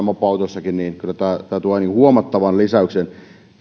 mopoautoissakin niin kyllä tämä tuo huomattavan lisäyksen